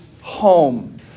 home